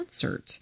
concert